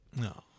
No